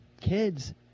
kids